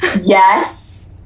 Yes